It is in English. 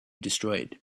destroyed